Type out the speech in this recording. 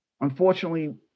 Unfortunately